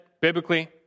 biblically